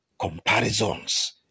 comparisons